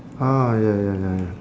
orh ya ya ya ya